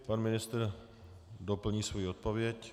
Pan ministr doplní svoji odpověď.